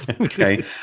Okay